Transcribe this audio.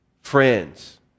friends